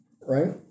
right